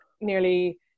nearly